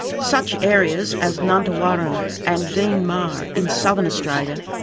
such areas as nantawarrina and deen maar in southern australia,